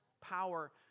power